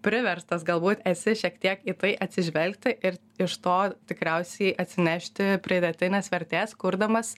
priverstas galbūt esi šiek tiek į tai atsižvelgti ir iš to tikriausiai atsinešti pridėtinės vertės kurdamas